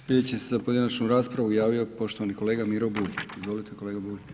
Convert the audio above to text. Sljedeći se za pojedinačnu raspravu javio poštovani kolega Miro Bulj, izvolite kolega Bulj.